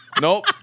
Nope